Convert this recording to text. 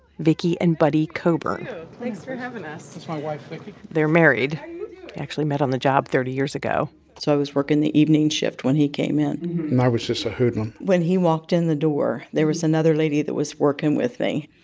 vicky and buddy coburn thanks for having us that's my wife, vicky they're married. they actually met on the job thirty years ago so i was working the evening shift when he came in and i was just a hoodlum when he walked in the door, there was another lady that was working with me.